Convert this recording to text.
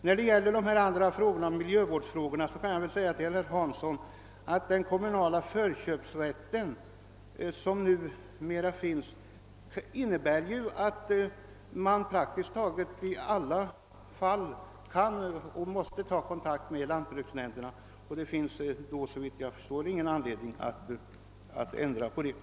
När det gäller miljövårdsfrågorna kan jag säga till herr Hansson att den kommunala förköpsrätten, som numera finns, innebär att man i praktiskt taget samtliga fall måste ta kontakt med lantbruksnämnderna. Såvitt jag förstår har vi ingen anledning att ändra på detta.